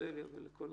בבקשה.